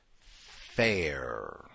fair